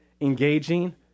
engaging